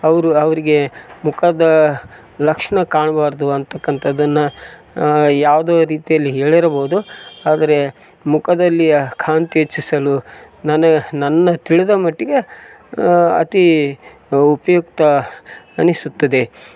ಅವರು ಅವರಿಗೆ ಮುಖದಾ ಲಕ್ಷಣ ಕಾಣ್ಬಾರದು ಅಂತಕ್ಕಂಥದ್ದನ್ನ ಯಾವುದೋ ರೀತಿಯಲ್ಲಿ ಹೇಳಿರಬಹುದು ಆದರೆ ಮುಖದಲ್ಲಿಯ ಕಾಂತಿ ಹೆಚ್ಚಿಸಲು ನನ್ನ ನನ್ನ ತಿಳಿದ ಮಟ್ಟಿಗೆ ಅತಿ ಉಪಯುಕ್ತ ಅನಿಸುತ್ತದೆ